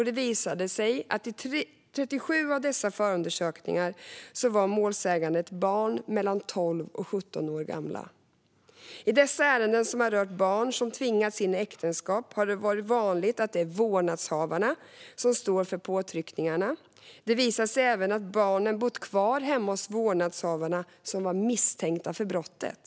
Det visade sig att i 37 av dessa förundersökningar var målsägande ett barn som var mellan 12 och 17 år. I de ärenden som har rört barn som tvingats in i äktenskap har det varit vanligt att vårdnadshavarna stått för påtryckningarna. Det visade sig även att barnen bott kvar hemma hos vårdnadshavarna, som var misstänkta för brottet.